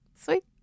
Sweet